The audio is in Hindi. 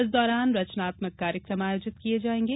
इस दौरान रचनात्मक कार्यक्रम आयोजित किये जायेंगे